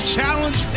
challenge